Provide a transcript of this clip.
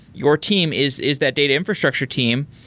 your team is is that data infrastructure team.